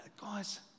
Guys